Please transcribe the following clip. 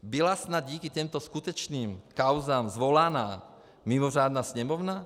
Byla snad díky těmto skutečným kauzám svolaná mimořádná Sněmovna?